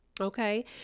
Okay